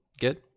good